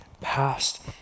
past